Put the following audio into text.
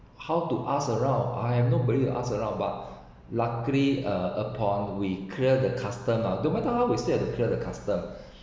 how to ask around I have nobody to ask around but luckily uh upon we clear the customs ah no matter how we still have to clear the customs